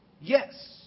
Yes